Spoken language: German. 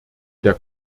der